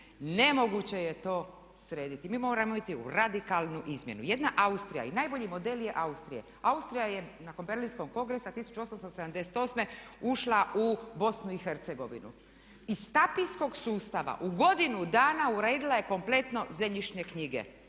nemoguće je to srediti. Mi moramo ići u radikalnu izmjenu. Jedna Austrija i najbolji model je Austrija. Austrija je nakon Berlinskog kongresa 1878. ušla u Bosnu i Hercegovinu. Iz tapijskog sustava u godinu dana uredila je kompletno zemljišne knjige.